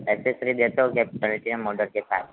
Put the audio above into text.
accessory देते हो क्या प्लेटिना मॉडेल के साथ